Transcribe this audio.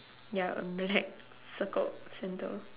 ya black circle center